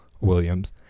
williams